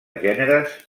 gèneres